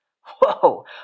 Whoa